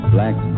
Black